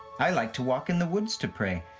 i like to walk in the woods to pray.